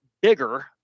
bigger